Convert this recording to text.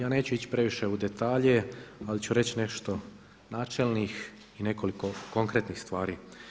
Ja neću ići previše u detalje ali ću reći nešto načelnih i nekoliko konkretnih stvari.